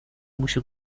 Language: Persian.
موش